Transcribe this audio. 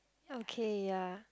okay ya